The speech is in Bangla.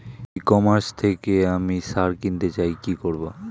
ই কমার্স থেকে আমি সার কিনতে চাই কি করব?